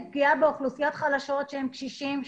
פגיעה באוכלוסיות חלשות שהם קשישים,